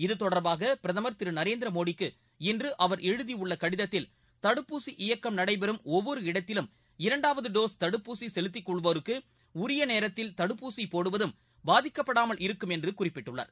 இது தொடர்பாக பிரதமர் திரு நரேந்திரமோடிக்கு இன்று அவர் எழுதியுள்ள கடிதத்தில் தடுப்பூசி இயக்கம் நடைபெறும் ஒவ்வொரு இடத்திலும் இரண்டாவது டோஸ் தடுப்பூசி செலுத்திக் கொள்வோருக்கு உரிய நேரத்தில் தடுப்பூசி போடுவதும் பாதிக்கப்படாமல் இருக்கும் என்று குறிப்பிட்டுள்ளார்